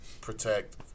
protect